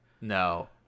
No